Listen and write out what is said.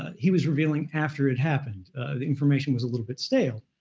he was revealing after it happened. the information was a little bit stale.